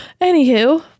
Anywho